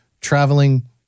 traveling